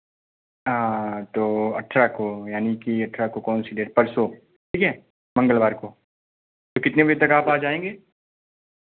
हाँ तो अठरह को यानि की अठारह को कौन सी डेट परसों ठीक है मंगलवार को कितने बजे तक आप आ जाएंगे